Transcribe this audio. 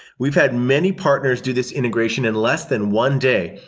we've had many partners do this integration in less than one day.